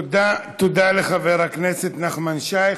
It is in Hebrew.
תודה לחבר הכנסת נחמן שי.